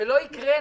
שלא הקראנו.